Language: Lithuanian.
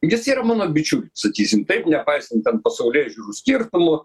jis yra mano bičiulis sakysim taip nepaisant pasaulėžiūrų skirtumų